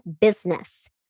business